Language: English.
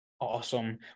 Awesome